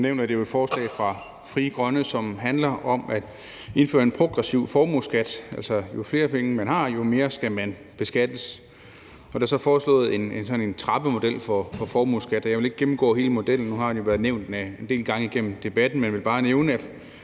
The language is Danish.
Som nævnt er det jo et forslag fra Frie Grønne, som handler om at indføre en progressiv formueskat, altså jo flere penge man har, jo mere skal man beskattes. Og der er så foreslået en trappemodel for formueskat, og jeg vil ikke gennemgå hele modellen, da den jo har været nævnt en del gange igennem debatten,